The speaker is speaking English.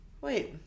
Wait